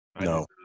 No